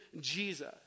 Jesus